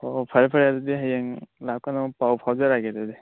ꯑꯣ ꯐꯔꯦ ꯐꯔꯦ ꯑꯗꯨꯗꯤ ꯍꯌꯦꯡ ꯂꯥꯛꯄ ꯀꯥꯟꯗ ꯄꯥꯎ ꯐꯥꯎꯖꯔꯒꯦ ꯑꯗꯨꯗꯤ